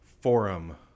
forum